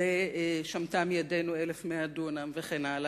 ושמטה מידינו 1,100 דונם וכן הלאה,